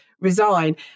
resign